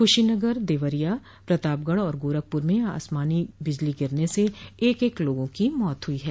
कुशीनगर देवरिया प्रतापगढ़ और गोरखपुर में भी आसमानी बिजली से एक एक लोगों की मौत हुई है